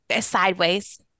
sideways